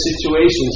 situations